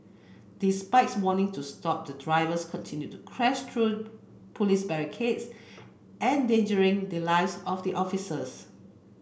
despite warning to stop the drivers continued to crash through police barricades endangering the lives of the officers